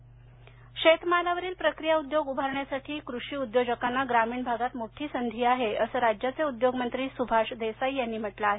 प्रक्रिया उद्योग शेतमालावरील प्रक्रिया उद्योग उभारण्यासाठी कृषी उद्योजकांना ग्रामीण भागात मोठी संधी आहे असं राज्याचे उद्योगमंत्री सुभाष देसाई यांनी म्हटल आहे